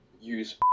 use